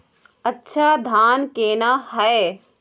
अच्छा धान केना हैय?